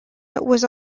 was